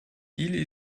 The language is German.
dili